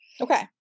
Okay